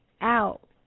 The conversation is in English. out